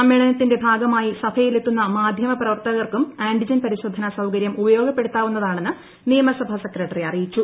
സമ്മേളനത്തിന്റെ ഭാഗമായി സഭയിലെത്തുന്ന മാധ്യമപ്രവർത്തകർക്കും ആന്റിജൻ പരിശോധനാ സൌകരൃം ഉപയോഗപ്പെടുത്താവുന്നതാണെന്ന് നിയമസഭാ സെക്രട്ടറി അറിയിച്ചു